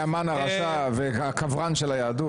והמן הרשע, והקברן של היהדות.